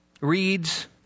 reads